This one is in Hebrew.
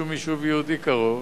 ושום יישוב יהודי קרוב.